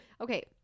Okay